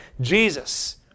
Jesus